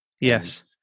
yes